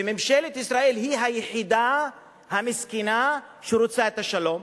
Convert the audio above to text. וממשלת ישראל היא היחידה המסכנה שרוצה את השלום?